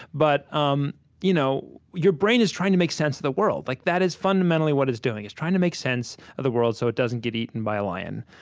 but um you know your brain is trying to make sense of the world. like that is fundamentally what it's doing. it's trying to make sense of the world, so it doesn't get eaten by a lion.